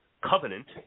covenant